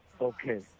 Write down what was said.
Okay